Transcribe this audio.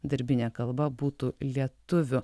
darbinė kalba būtų lietuvių